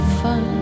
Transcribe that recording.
fun